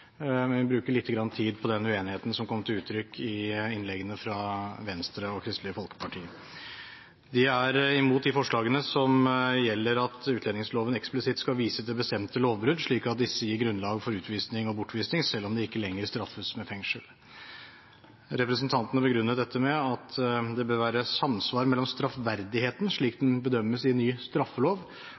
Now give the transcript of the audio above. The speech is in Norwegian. tid på den uenigheten som kom til uttrykk i innleggene fra Venstre og Kristelig Folkeparti. De er imot de forslag til vedtak som gjelder at utlendingsloven eksplisitt skal vise til bestemte lovbrudd som gir grunnlag for utvisning og bortvisning, selv om de ikke lenger straffes med fengsel. Representantene begrunner dette med at det bør være samsvar mellom straffverdigheten slik den bedømmes i ny straffelov,